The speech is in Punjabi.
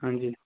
ਹਾਂਜੀ